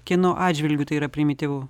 kieno atžvilgiu tai yra primityvu